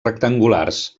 rectangulars